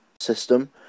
system